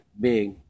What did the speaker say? big